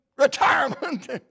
retirement